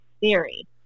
theory